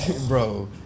bro